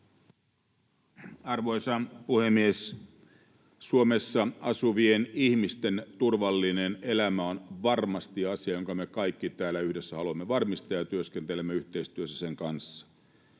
Arvoisa puhemies! Suomessa asuvien ihmisten turvallinen elämä on varmasti asia, jonka me kaikki täällä yhdessä haluamme varmistaa, ja työskentelemme yhteistyössä sen kanssa.